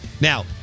Now